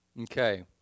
Okay